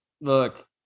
Look